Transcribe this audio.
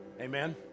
Amen